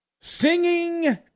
Singing